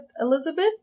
elizabeth